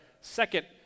second